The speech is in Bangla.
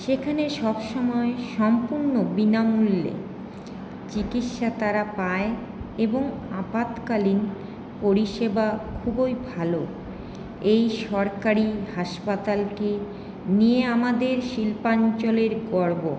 সেখানে সবসময় সম্পূর্ণ বিনামূল্যে চিকিৎসা তারা পায় এবং আপাতকালীন পরিষেবা খুবই ভালো এই সরকারি হাসপাতালকে নিয়ে আমাদের শিল্পাঞ্চলের গর্ব